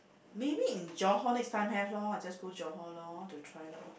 maybe in Johor next time have loh I just go Johor loh to try loh